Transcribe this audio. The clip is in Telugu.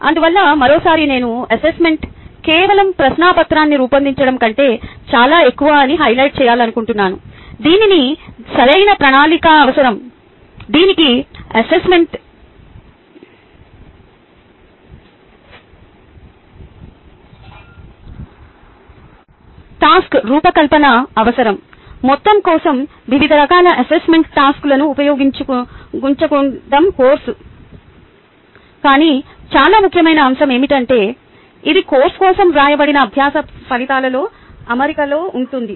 అందువల్ల మరోసారి నేను అసెస్మెంట్ కేవలం ప్రశ్నపత్రాన్ని రూపొందించడం కంటే చాలా ఎక్కువ అని హైలైట్ చేయాలనుకుంటున్నాను దీనికి సరైన ప్రణాళిక అవసరం దీనికి అసెస్మెంట్ టాస్క్ రూపకల్పన అవసరం మొత్తం కోసం వివిధ రకాల అసెస్మెంట్ టాస్క్లను ఉపయోగించడం కోర్సు కానీ చాలా ముఖ్యమైన అంశం ఏమిటంటే ఇది కోర్సు కోసం వ్రాయబడిన అభ్యాస ఫలితాలతో అమరికలో ఉంటుంది